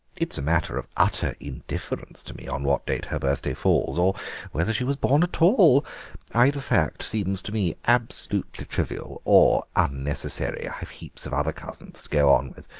it's a matter of utter indifference to me on what date her birthday falls, or whether she was born at all either fact seems to me absolutely trivial, or unnecessary i've heaps of other cousins to go on with.